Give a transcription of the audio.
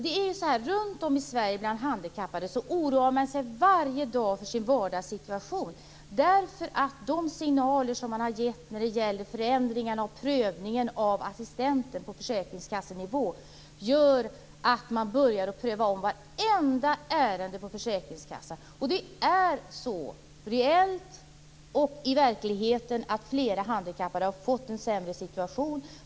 Fru talman! Runt om i Sverige oroar man sig varje dag bland handikappade för sin vardagssituation. De signaler som getts om förändringar och prövningen av assistentfrågan på försäkringskassenivå gör att man börjat pröva vartenda ärende på försäkringskassan. Det är så i verkligheten att flera handikappade har fått en sämre situation.